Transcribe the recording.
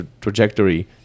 trajectory